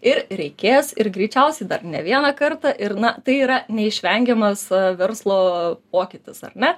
ir reikės ir greičiausia dar ne vieną kartą ir na tai yra neišvengiamas verslo pokytis ar ne